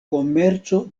komerco